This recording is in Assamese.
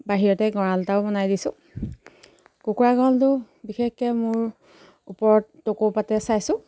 বাহিৰতে গঁৰালত এটাও বনাই দিছোঁ কুকুৰা গঁৰালটো বিশেষকৈ মোৰ ওপৰত টকৌপাতে চাইছোঁ